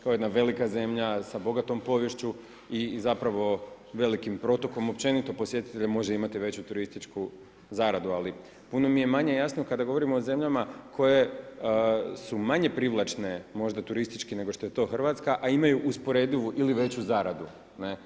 To je jedna velika zemlja sa bogatom poviješću i zapravo velikim protokom pćenito posjetitelje može imati veću turističku zaradu, ali puno mi je manje jasno kada govorimo o zemljama koje su manje privlačne možda turistički, nego što je to Hrvatska, a imaju usporedivu ili veću zaradu.